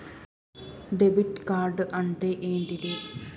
Debit card అంటే ఏంటిది?